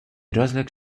rozległ